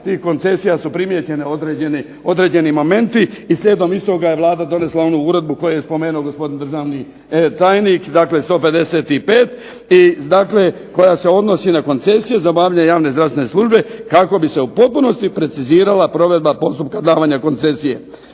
tih koncesija su primijećeni određeni momenti i slijedom istoga je Vlada donesla onu uredbu koje je spomenuo državni tajnik dakle 155 i koja se odnosi na koncesije za obavljanje javne zdravstvene službe kako bi se u potpunosti precizirala provedba postupka davanja koncesije.